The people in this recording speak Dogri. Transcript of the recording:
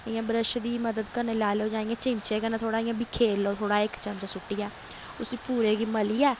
इ'यां ब्रश दी मदद कन्नै लाई लैओ जां इ'यां चिमचे कन्नै थोह्ड़ा इ'यां बिखेरी लैओ थोह्ड़ा इ'यां इक चमचा सु'ट्टियै उस्सी पूरे गी मलियै